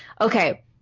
okay